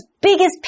biggest